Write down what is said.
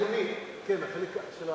כן, מילולית.